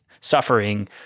suffering